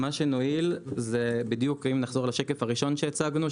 אם נחזור לשקף הראשון שהצגנו,